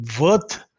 worth